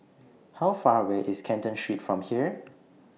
How Far away IS Canton Street from here